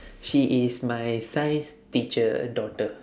she is my science teacher daughter